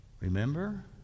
remember